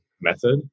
method